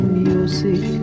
music